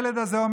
בבקשה.